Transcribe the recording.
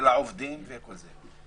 ולעובדים וכל זה.